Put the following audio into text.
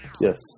Yes